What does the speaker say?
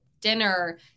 Dinner